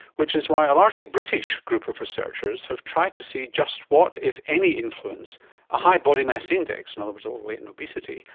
which is why a largely british group of researchers have tried to see just what if any influence a high body mass index, in and other words overweight and obesity,